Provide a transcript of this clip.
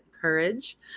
courage